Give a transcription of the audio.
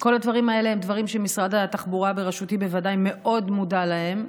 כל הדברים האלה הם דברים שמשרד התחבורה בראשותי בוודאי מאוד מודע להם.